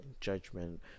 judgment